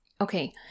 Okay